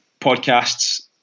podcasts